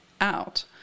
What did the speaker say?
out